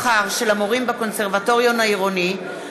תמיכת אוניברסיטת בן-גוריון בפעילות BDS,